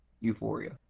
euphoria